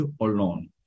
alone